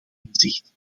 inzicht